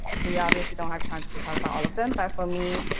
we obviously don't have time to talk about all of them but for me,